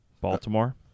Baltimore